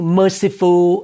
merciful